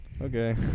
okay